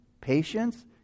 patience